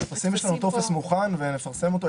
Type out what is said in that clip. יש לנו טופס מוכן ונפרסם אותו.